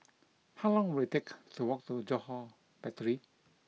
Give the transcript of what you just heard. How long will it take to walk to Johore Battery